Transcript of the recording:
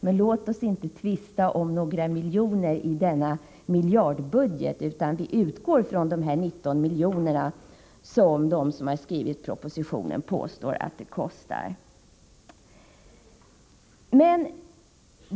Men låt oss inte tvista om några miljoner i denna miljardbudget, utan vi utgår från 19 miljoner, som de som skrivit propositionen räknar med.